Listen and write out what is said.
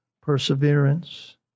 perseverance